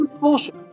bullshit